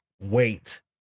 wait